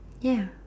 ya